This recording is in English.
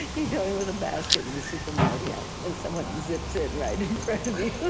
you go in with a basket in the supermarket, and someone zips in right in front of you,